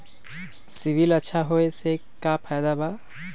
CIBIL अच्छा होऐ से का फायदा बा?